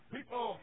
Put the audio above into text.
People